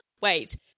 wait